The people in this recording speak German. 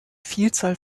vielzahl